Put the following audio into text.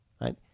right